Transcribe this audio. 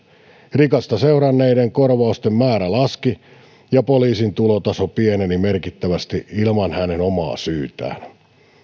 rikoksesta seuranneiden korvausten määrä laski ja poliisin tulotaso pieneni merkittävästi ilman hänen omaa syytään